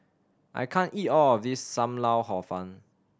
I can't eat all of this Sam Lau Hor Fun